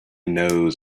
knows